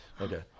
Okay